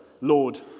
Lord